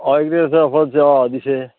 অঁ একে অঁ দিছে